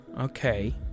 Okay